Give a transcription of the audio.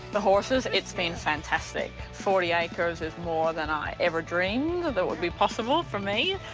the horses, it's been fantastic. forty acres is more than i ever dreamed that would be possible for me,